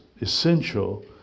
essential